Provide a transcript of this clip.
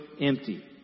empty